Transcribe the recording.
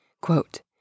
Quote